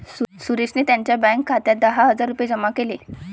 सुरेशने त्यांच्या बँक खात्यात दहा हजार रुपये जमा केले